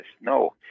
No